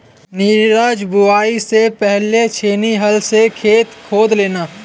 नीरज बुवाई से पहले छेनी हल से खेत खोद देना